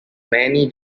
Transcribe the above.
many